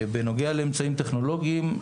בנוגע לאמצעים טכנולוגיים,